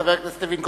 חבר הכנסת לוין,